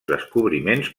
descobriments